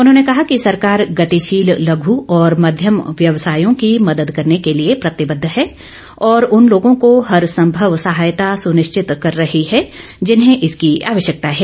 उन्होंने कहा कि सरकार गतिशील लघ् और मध्यम व्यवसायों की मदद करने के लिए प्रतिबद्ध है और उन लोगों को हर संभव सहायता सुनिश्चित करे रही है जिन्हें इसकी आवश्यकता है